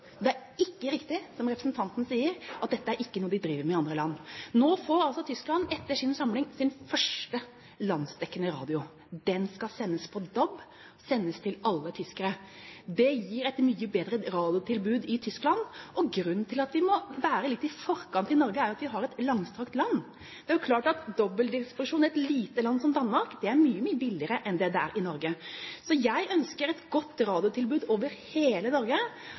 Det er ikke riktig som representanten sier, at man ikke driver med dette i andre land. Nå får altså Tyskland – etter sin samling – sin første landsdekkende radio. Den skal sendes på DAB til alle tyskere. Det gir et mye bedre radiotilbud i Tyskland. Grunnen til at vi må være litt i forkant i Norge, er jo at vi har et langstrakt land. Det er klart at dobbel distribusjon i et lite land som Danmark er mye billigere enn det det er i Norge. Jeg ønsker et godt radiotilbud over hele Norge,